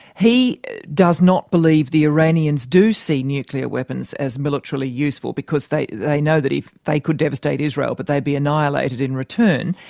he does not believe the iranians do see nuclear weapons as militarily useful, because they they know that if, they could devastate israel, but they'd be annihilated in return.